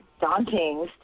daunting